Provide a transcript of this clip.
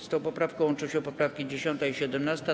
Z tą poprawką łączą się poprawki 10. i 17.